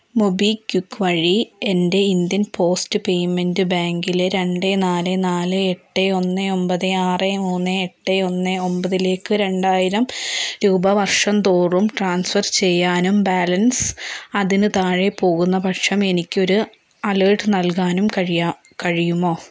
MobiKwik വഴി എൻ്റെ Indian post payment ബാങ്കിലെ രണ്ട് നാല് നാല് എട്ട് ഒന്ന് ഒമ്പത് ആറ് മൂന്ന് എട്ട് ഒന്ന് ഒമ്പതിലേക്ക് രണ്ടായിരം രൂപ വർഷം തോറും ട്രാൻസ്ഫർ ചെയ്യാനും ബാലൻസ് അതിന് താഴെ പോകുന്ന പക്ഷം എനിക്ക് ഒരു അലേർട്ട് നൽകാനും കഴിയാം കഴിയുമോ